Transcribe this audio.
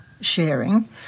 sharing